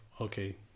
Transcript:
okay